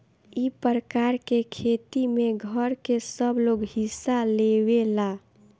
ई प्रकार के खेती में घर के सबलोग हिस्सा लेवेला